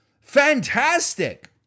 fantastic